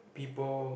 people